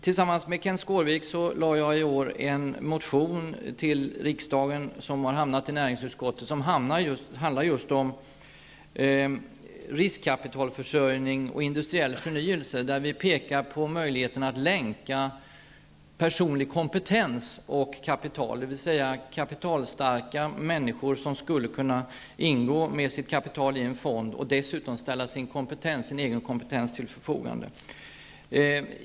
Tillsammans med Kenth Skårvik väckte jag en motion till riksdagen, som har hamnat i näringsutskottet, som just handlar om riskkapitalförsörjning och industriell förnyelse. Vi pekar där på möjligheterna att länka ihop personlig kompetens och kapital. Kapitalstarka människor skulle kunna ingå med sitt kapital i en fond och dessutom ställa sin egen kompetens till förfogande.